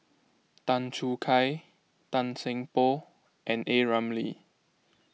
Tan Choo Kai Tan Seng Poh and A Ramli